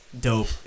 dope